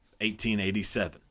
1887